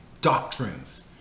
doctrines